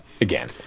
again